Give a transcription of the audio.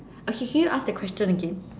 okay can you ask that question again